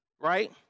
right